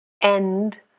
end